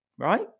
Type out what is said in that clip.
right